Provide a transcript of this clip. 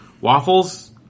Waffles